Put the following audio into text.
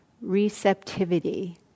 receptivity